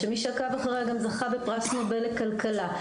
שמי שעקב אחריה גם זכה בפרס נובל לכלכלה.